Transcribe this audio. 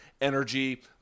energy